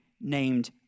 named